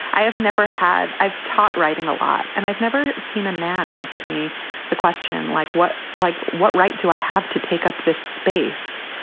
i have never had i've taught writing a lot and i've never seen a man ask me the question. like what? like what right do i have to take up the space?